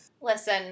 Listen